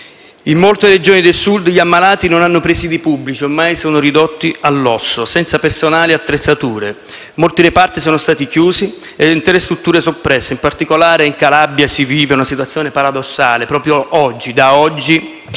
In molte Regioni del Sud gli ammalati non hanno presidi pubblici e questi ormai sono ridotti all'osso, senza personale e attrezzature. Molti reparti sono stati chiusi e intere strutture soppresse. In particolare in Calabria si vive una situazione paradossale: proprio da oggi